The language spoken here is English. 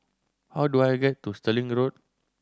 how do I get to Stirling Road